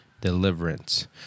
deliverance